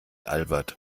albert